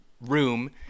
Room